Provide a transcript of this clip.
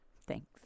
Thanks